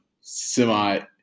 semi